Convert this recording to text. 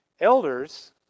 Elders